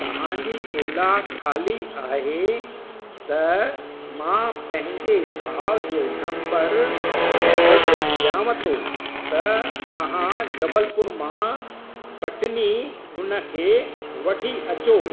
तव्हां जी ओला खाली आहे त मां पंहिंजे भाउ जो नंबर ऐं एड्रेस ॾियांव थो त तव्हां जबलपुर मां कटनी हुन खे वठी अचो